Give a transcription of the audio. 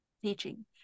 Teaching